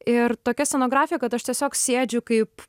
ir tokia scenografija kad aš tiesiog sėdžiu kaip